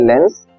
lens